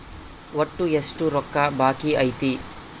ಒಟ್ಟು ಎಷ್ಟು ರೊಕ್ಕ ಬಾಕಿ ಐತಿ?